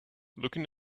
looking